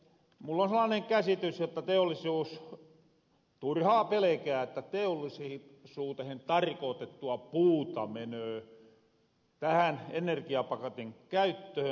mul on sellaane käsitys jotta teollisuus turhaa pelekää että teollisuutehen tarkootettua puuta menöö tähän energiapaketin käyttöhön